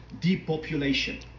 depopulation